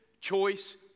choice